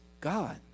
God